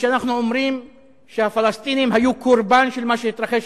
שאנחנו אומרים שהפלסטינים היו קורבן של מה שהתרחש,